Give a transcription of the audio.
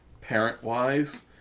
parent-wise